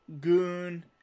Goon